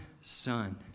son